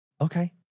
okay